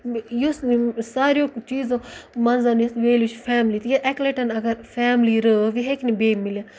یُس ساروی چیٖزو منٛز یَتھ ویلیوٗ چھِ فیملی ییٚلہِ اَکہِ لَٹہِ اگر فیملی رٲو یہِ ہیٚکہِ نہٕ بیٚیہِ مِلِتھ